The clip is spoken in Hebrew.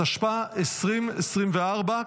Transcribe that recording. התשפ"ה 2024,